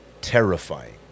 terrifying